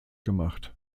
gemacht